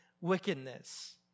wickedness